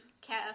care